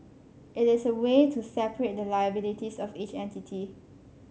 it is a way to separate the liabilities of each entity